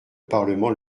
parlement